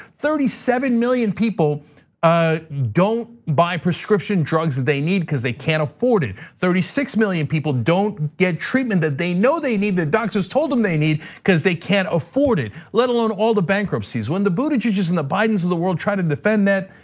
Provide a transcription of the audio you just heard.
thirty seven million people ah don't buy prescription drugs they need cuz they can't afford it. thirty six million people don't get treatment that they know they need, that doctors told them they need, cuz they can't afford it. let alone all bankruptcies. when the buttigiegs and the bidens of the world try to defend that,